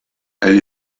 elle